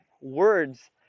words